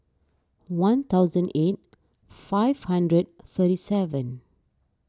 one thousand eight five hundred thirty seven